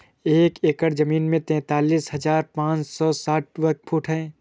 एक एकड़ जमीन तैंतालीस हजार पांच सौ साठ वर्ग फुट है